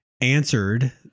answered